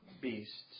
beasts